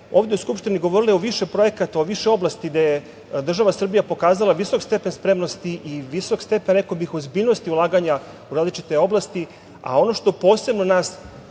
ovde u Skupštini govorile o više projekata, o više oblasti gde je država Srbija pokazala visok stepen spremnosti i visok stepen, rekao bih, ozbiljnosti ulaganja u različite oblasti, a ono što daje poseban